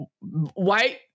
white